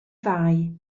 fai